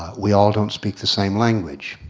we all don't speak the same language.